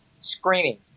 Screaming